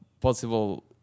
possible